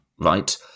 right